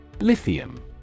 Lithium